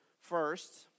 First